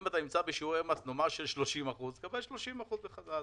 אם אתה נמצא בשיעורי מס נניח של 30% תקבל 30% בחזרה,